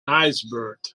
iceberg